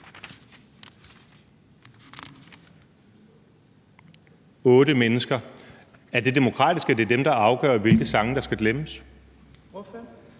mennesker. Er det demokratisk, at det er dem, der afgør, hvilke sange der skal glemmes?